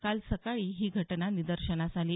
काल सकाळी ही घटना निदर्शनास आली